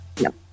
No